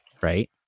right